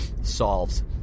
solves